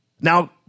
Now